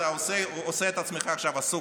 אתה עושה את עצמך עכשיו עסוק,